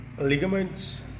ligaments